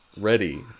ready